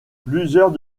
plusieurs